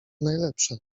najlepsze